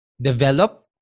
develop